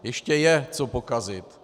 Ještě je co pokazit.